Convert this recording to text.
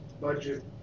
budget